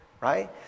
right